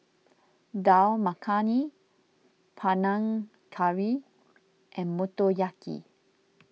Dal Makhani Panang Curry and Motoyaki